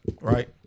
right